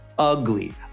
Ugly